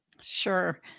Sure